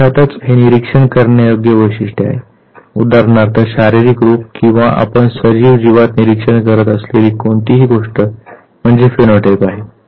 अर्थातच हे निरीक्षण करण्यायोग्य वैशिष्ट्य आहे उदाहरणार्थ शारीरिक रूप किंवा आपण सजीव जीवात निरीक्षण करत असलेली कोणतीही गोष्ट म्हणजेच फिनोटाइप आहे